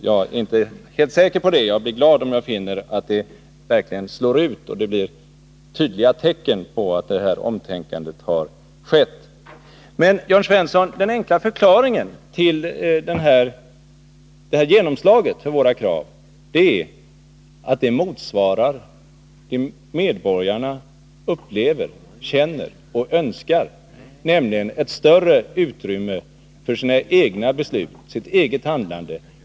Jag är inte helt säker på det, men jag skulle bli glad om så verkligen var fallet och jag kunde finna tydliga tecken på att ett omtänkande har skett. Den enkla förklaringen till detta genomslag för vårt krav är, Jörn Svensson, att det motsvarar vad medborgarna önskar, nämligen ett större utrymme för egna beslut och eget handlande.